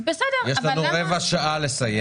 יש לנו רבע שעה כדי לסיים.